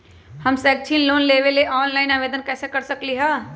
हम शैक्षिक लोन लेबे लेल ऑनलाइन आवेदन कैसे कर सकली ह?